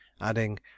adding